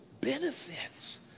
benefits